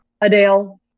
Adele